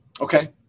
Okay